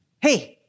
Hey